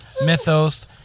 mythos